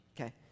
Okay